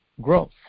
growth